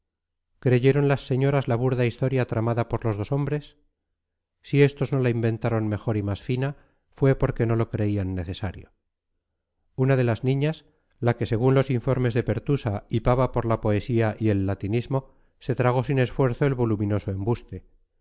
creyeron las señoras la burda historia tramada por los dos hombres si estos no la inventaron mejor y más fina fue porque no lo creían necesario una de las niñas la que según los informes de pertusa hipaba por la poesía y el latinismo se tragó sin esfuerzo el voluminoso embuste